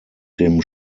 dem